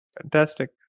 Fantastic